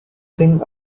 thing